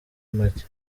make